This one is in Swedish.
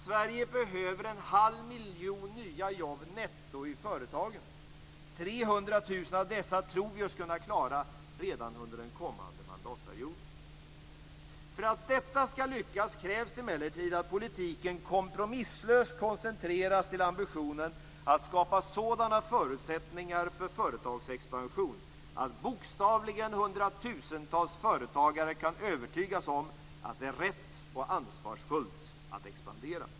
Sverige behöver en halv miljon nya jobb netto i företagen. 300 000 av dessa tror vi oss kunna klara redan under den kommande mandatperioden. För att detta skall lyckas krävs det emellertid att politiken kompromisslöst koncentreras till ambitionen att skapa sådana förutsättningar för företagsexpansion att hundratusentals företagare bokstavligen kan övertygas om att det är rätt och ansvarsfullt att expandera.